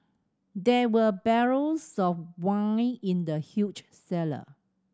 there were barrels of wine in the huge cellar